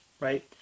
right